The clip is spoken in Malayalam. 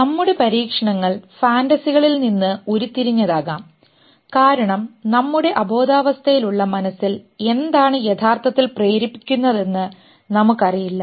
നമ്മുടെ പരീക്ഷണങ്ങൾ ഫാൻറെസികളിൽ നിന്ന് ഉരുത്തിരിഞ്ഞതാകാം കാരണം നമ്മുടെ അബോധാവസ്ഥയിലുള്ള മനസ്സിൽ എന്താണ് യഥാർത്ഥത്തിൽ പ്രേരിപ്പിക്കുന്നതെന്ന് നമുക്കറിയില്ല